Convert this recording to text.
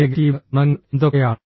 ആ നെഗറ്റീവ് ഗുണങ്ങൾ എന്തൊക്കെയാണ്